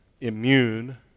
immune